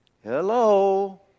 Hello